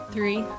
Three